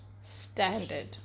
standard